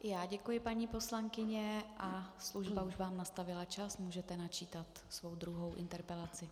I já děkuji, paní poslankyně, a služba už vám nastavila čas, můžete načítat svou druhou interpelaci.